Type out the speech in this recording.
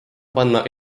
panna